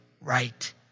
right